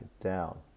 down